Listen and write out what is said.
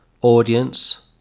audience